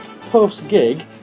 post-gig